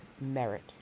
merit